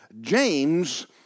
James